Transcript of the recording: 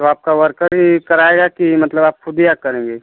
तो आपका वर्कर ही कराएगा कि मतलब आप खुद ही आके करेंगी